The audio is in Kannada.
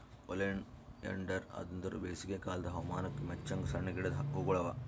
ಒಲಿಯಾಂಡರ್ ಅಂದುರ್ ಬೇಸಿಗೆ ಕಾಲದ್ ಹವಾಮಾನಕ್ ಮೆಚ್ಚಂಗ್ ಸಣ್ಣ ಗಿಡದ್ ಹೂಗೊಳ್ ಅವಾ